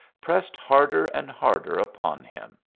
pressed harder and harder upon him.